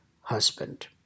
husband